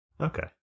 Okay